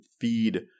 feed